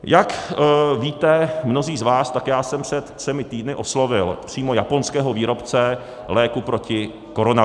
Jak víte mnozí z vás, tak já jsem před třemi týdny oslovil přímo japonského výrobce léku proti koronaviru.